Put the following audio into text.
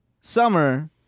summer